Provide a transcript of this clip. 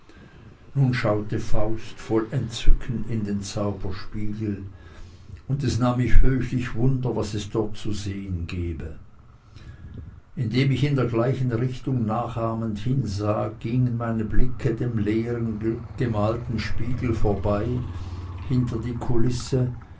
nun schaute faust voll entzücken in den zauberspiegel und es nahm mich höchlich wunder was es dort zu sehen gebe indem ich in der gleichen richtung nachahmend hinsah gingen meine blicke dem leeren gemalten spiegel vorbei hinter die kulisse